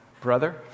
brother